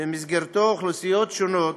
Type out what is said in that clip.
שבמסגרתו אוכלוסיות שונות